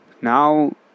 now